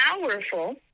powerful